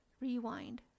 rewind